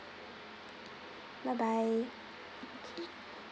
bye bye okay